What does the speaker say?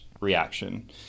reaction